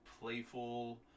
playful